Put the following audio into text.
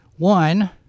One